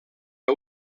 que